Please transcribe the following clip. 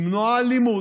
למנוע אלימות,